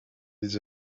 his